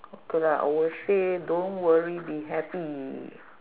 okay lah I will say don't worry be happy